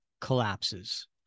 collapses